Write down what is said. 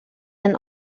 and